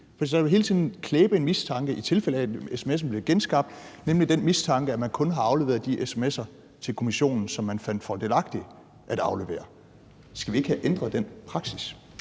vil der hele tiden klæbe en mistanke til jer, i tilfælde af at sms'erne bliver genskabt, nemlig den mistanke, at man kun har afleveret de sms'er til kommissionen, som man fandt fordelagtigt at aflevere. Skal vi ikke have ændret den praksis?